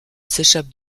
s’échappe